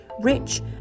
rich